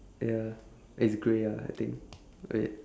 ya it's grey ah I think wait